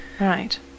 Right